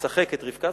מצחק את רבקה,